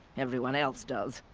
everyone else does.